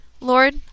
Lord